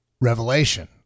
revelation